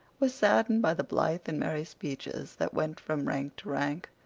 was saddened by the blithe and merry speeches that went from rank to rank.